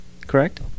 correct